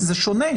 זה שונה,